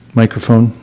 microphone